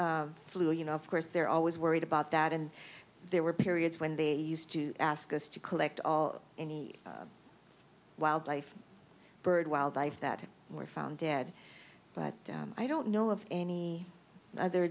avian flu you know of course they're always worried about that and there were periods when they used to ask us to collect all any wildlife bird wildlife that were found dead but i don't know of any other